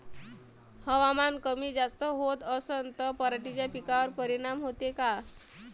हवामान कमी जास्त होत असन त पराटीच्या पिकावर परिनाम होते का?